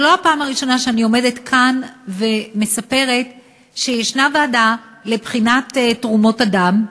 זאת לא הפעם הראשונה שאני עומדת כאן ומספרת שיש ועדה לבחינת תרומות דם,